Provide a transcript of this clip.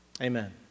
Amen